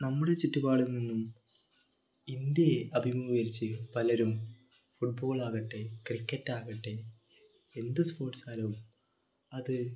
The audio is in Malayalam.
നമ്മുടെ ചുറ്റുപാടിൽ നിന്നും ഇന്ത്യയെ അഭിമുഖീകരിച്ച് പലരും ഫുട്ബോളാകട്ടെ ക്രിക്കറ്റാകട്ടെ എന്ത് സ്പോർട്സയാലും അത്